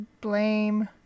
blame